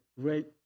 great